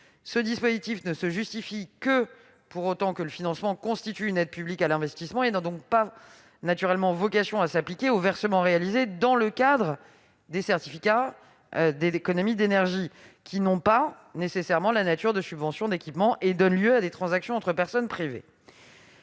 est acquis. Il se justifie pour autant que le financement constitue une aide publique à l'investissement. Il n'a donc pas vocation à s'appliquer aux versements réalisés dans le cadre des certificats d'économies d'énergie, qui n'ont pas nécessairement la nature de subventions d'équipement et donnent lieu à des transactions entre personnes privées.